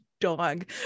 dog